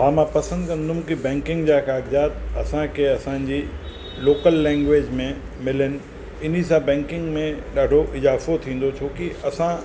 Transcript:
हा मां पसंदि कंदुमि कि बैंकिंग जा कागज़ात असांखे असांजी लोकल लैंग्वेज में मिलनि इन सां बैंकिंग में ॾाढो इज़ाफ़ो थींदो छो कि असां